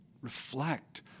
reflect